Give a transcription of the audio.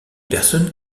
personnes